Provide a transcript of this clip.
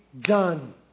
done